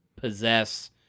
possess